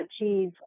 achieve